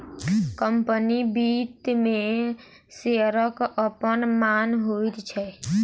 company वित्त मे शेयरक अपन मान होइत छै